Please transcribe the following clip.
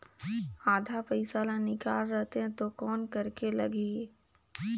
आधा पइसा ला निकाल रतें तो कौन करेके लगही?